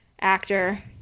actor